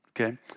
Okay